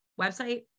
website